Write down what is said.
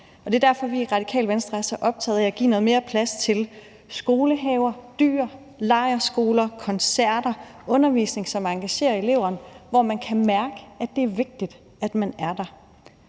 derfor, vi i Radikale Venstre er så optaget af at give noget mere plads til skolehaver, dyr, lejrskoler, koncerter og undervisning, som engagerer eleverne, og hvor de kan mærke, at det er vigtigt, at de er der.